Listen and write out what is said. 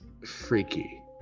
freaky